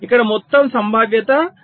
ఇక్కడ మొత్తం సంభావ్యత 0